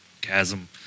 chasm